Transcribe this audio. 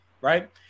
Right